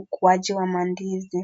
ukuwaji wa mandizi.